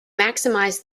maximize